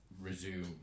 resume